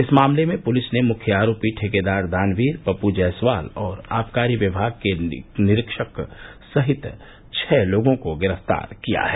इस मामले में पुलिस ने मुख्य आरोपी ठेकेदार दानवीर पप्पू जायसवाल और आबकारी विभाग के एक निरीक्षक सहित छह लोगों को गिरफ्तार किया है